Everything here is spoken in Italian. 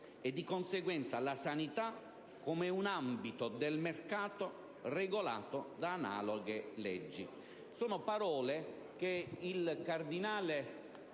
E, di conseguenza, la sanità come un ambito del mercato, regolato da analoghe leggi